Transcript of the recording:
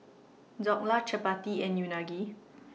Dhokla Chapati and Unagi